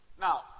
Now